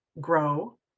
grow